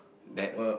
bad